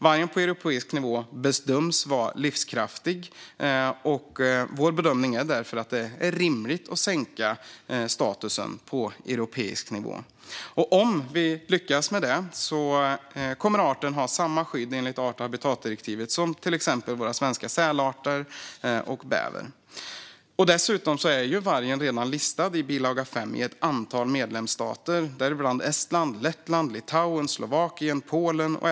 Vargen på europeisk nivå bedöms vara livskraftig, och vår bedömning är därför att det är rimligt att sänka statusen på europeisk nivå. Om vi lyckas med detta kommer arten att ha samma skydd enligt art och habitatdirektivet som till exempel våra svenska sälarter och bävern. Dessutom är vargen redan listad i bilaga 5 i ett antal medlemsstater, däribland Estland, Lettland, Litauen, Slovakien och Polen.